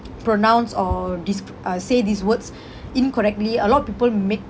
pronounce or disc~ uh say these words incorrectly a lot of people make